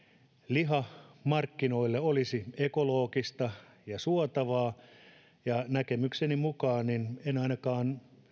lihamarkkinoille olisi ekologista ja suotavaa ja näkemykseni mukaan en sitä ainakaan